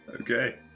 Okay